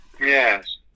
Yes